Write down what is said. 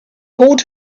called